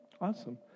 Awesome